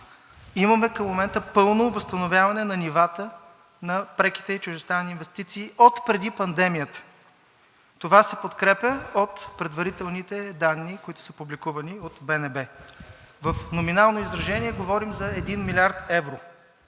Имаме към момента пълно възстановяване на нивата на преките и чуждестранни инвестиции отпреди пандемията. Това се подкрепя от предварителните данни, които са публикувани от БНБ. В номинално изражение говорим за 1 млрд. евро.